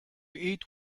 eat